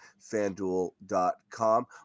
fanduel.com